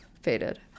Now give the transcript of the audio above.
faded